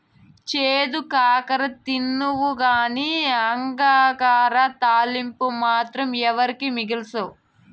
చేదు కాకర తినవుగానీ అంగాకర తాలింపు మాత్రం ఎవరికీ మిగల్సవు